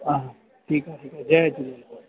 हा ठीकु आहे ठीकु आहे जय झूलेलाल